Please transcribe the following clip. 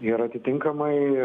ir atitinkamai